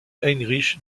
heinrich